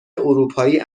اروپایی